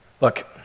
Look